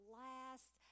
last